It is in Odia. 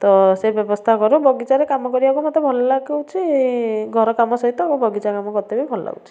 ତ ସେ ବ୍ୟବସ୍ଥା କରୁ ବଗିଚାରେ କାମ କରିବାକୁ ମୋତେ ଭଲଲାଗେ କହୁଛି ଘର କାମ ସହିତ ବଗିଚା କାମ କରିତେ ବି ଭଲ ଲାଗୁଛି